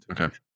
okay